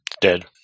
Dead